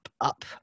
up